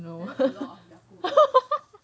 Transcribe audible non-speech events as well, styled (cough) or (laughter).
no (laughs)